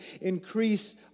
increase